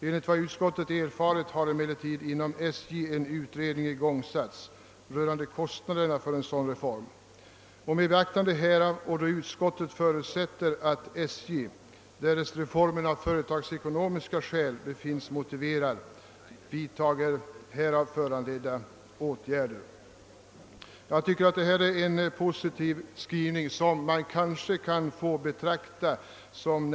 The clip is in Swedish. Enligt vad utskottet erfarit har emellertid inom SJ en utredning igångsatts rörande kostnaderna för en sådan reform. Med beak tande härav och då utskottet förutsätter att SJ — därest reformen av företagsekonomiska skäl befinns motiverad — vidtager härav föranledda åtgärder avstyrks motionerna i fråga.» Jag tycker detta är en positiv skrivning som man kanske kan få betrakta som